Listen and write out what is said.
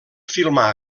filmar